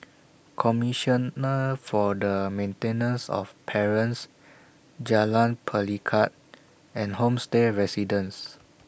Commissioner For The Maintenance of Parents Jalan Pelikat and Homestay Residences